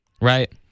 Right